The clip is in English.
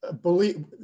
believe